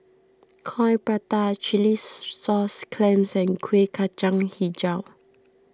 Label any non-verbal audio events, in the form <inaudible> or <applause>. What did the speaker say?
Coin Prata Chilli <noise> Sauce Clams and Kueh Kacang HiJau